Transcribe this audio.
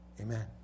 Amen